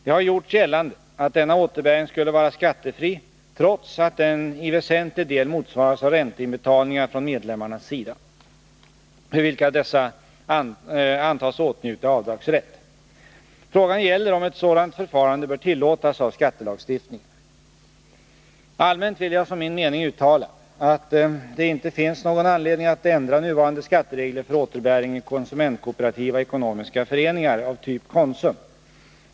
Det har gjorts gällande att denna återbäring skulle vara skattefri, trots att den i väsentlig del motsvaras av ränteinbetalningar från medlemmarnas sida, för vilka dessa antas åtnjuta avdragsrätt. Frågan gäller om ett sådant förfarande bör tillåtas av skattelagstiftningen. Allmänt vill jag som min mening uttala att det inte finns någon anledning att ändra nuvarande skatteregler för återbäring i konsumentkooperativa ekonomiska föreningar av typ Konsum.